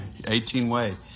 18-way